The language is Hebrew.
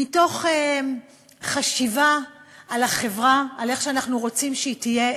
מתוך חשיבה על החברה על איך אנחנו רוצים שהיא תהיה,